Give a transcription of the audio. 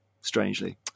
strangely